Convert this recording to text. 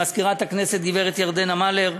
למזכירת הכנסת הגברת ירדנה מלר,